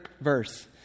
verse